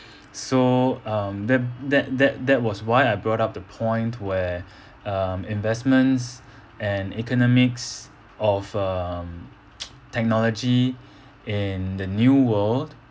so um that that that that was why I brought up the point where um investments and economics of um technology in the new world